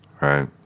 Right